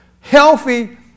healthy